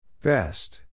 Best